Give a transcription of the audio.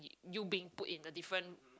you being put in a different